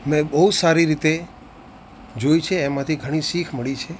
મેં બહુ સારી રીતે જોઈ છે એમાંથી ઘણી શીખ મળી છે